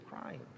crying